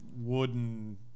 wooden